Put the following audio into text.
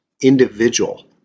individual